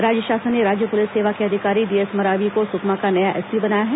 राज्य शासन ने राज्य पुलिस सेवा के अधिकारी डीएस मरावी को सुकमा का नया एसपी बनाया है